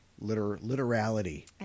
literality